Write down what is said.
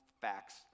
facts